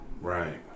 Right